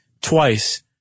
twice